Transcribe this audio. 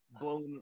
blown